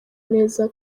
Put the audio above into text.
neza